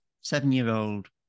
seven-year-old